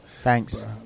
Thanks